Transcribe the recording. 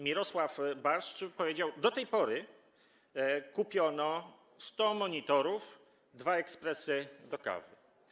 Mirosław Barszcz powiedział: Do tej pory kupiono 100 monitorów, dwa ekspresy do kawy.